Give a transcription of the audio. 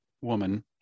woman